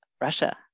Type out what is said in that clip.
Russia